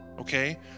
Okay